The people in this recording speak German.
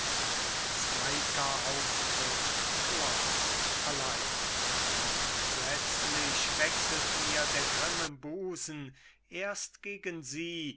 zweiter auftritt thoas allein entsetzlich wechselt mir der grimm im busen erst gegen sie